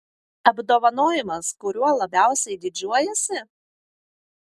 apdovanojimas kuriuo labiausiai didžiuojiesi